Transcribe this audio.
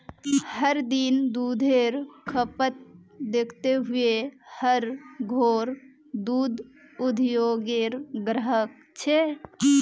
हर दिन दुधेर खपत दखते हुए हर घोर दूध उद्द्योगेर ग्राहक छे